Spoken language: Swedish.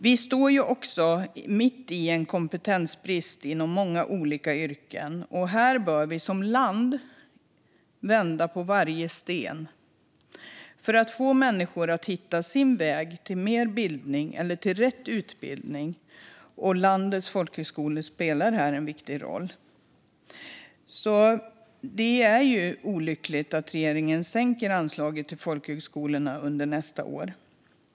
Vi står mitt i en kompetensbrist inom många olika yrken. Vi bör som land vända på varje sten för att få människor att hitta sin väg till mer bildning eller till rätt utbildning. Landets folkhögskolor spelar här en viktig roll. Det är olyckligt att regeringen sänker anslaget till folkhögskolorna under nästa år.